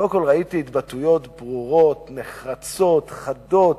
קודם כול, ראיתי התבטאויות ברורות, נחרצות, חדות,